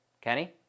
Kenny